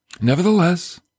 Nevertheless